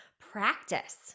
practice